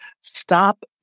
stop